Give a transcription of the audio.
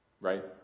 right